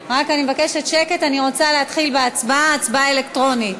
רוצה להתחיל בהצבעה, הצבעה אלקטרונית.